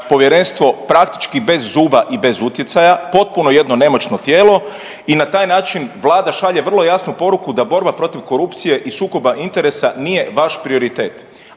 povjerenstvo praktički bez zuba i bez utjecaja, potpuno jedno nemoćno tijelo i na taj način Vlada šalje vrlo jasnu poruku da borba protiv korupcije i sukoba interesa nije vaš prioritet,